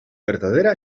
verdadera